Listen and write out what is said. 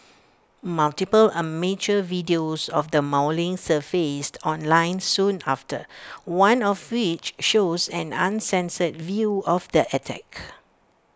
multiple amateur videos of the mauling surfaced online soon after one of which shows an uncensored view of the attack